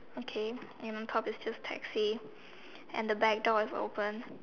okay and on top is just taxi and the back door is open